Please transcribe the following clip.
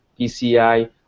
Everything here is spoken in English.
PCI